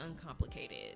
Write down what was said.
uncomplicated